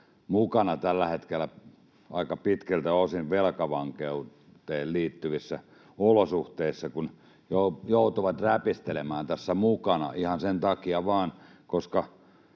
mukana tällä hetkellä aika pitkälti osin velkavankeuteen liittyvissä olosuhteissa, kun joutuvat räpistelemään tässä mukana ihan vain sen takia, koska